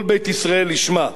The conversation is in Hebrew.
כל בית ישראל ישמע,